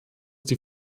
die